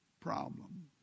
problem